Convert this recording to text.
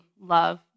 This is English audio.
love